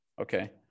Okay